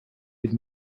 від